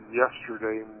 yesterday